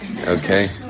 Okay